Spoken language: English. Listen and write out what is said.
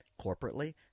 corporately